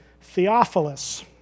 Theophilus